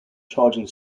charging